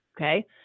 okay